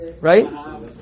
right